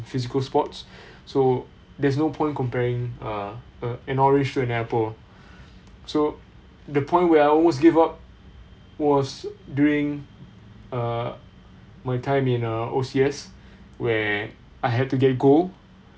physical sports so there's no point comparing uh an orange to an apple so the point where I almost give up was during err my time in uh O_C_S where I had to get gold